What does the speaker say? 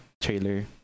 trailer